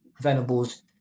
venables